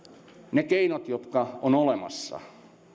ne keinot jotka ovat olemassa